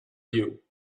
you